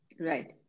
Right